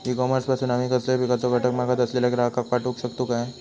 E commerce पासून आमी कसलोय पिकाचो घटक मागत असलेल्या ग्राहकाक पाठउक शकतू काय?